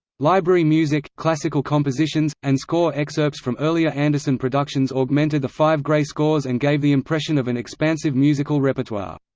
library music, classical compositions, and score excerpts from earlier anderson productions augmented the five gray scores and gave the impression of an expansive musical repertoire.